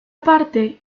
parte